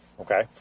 Okay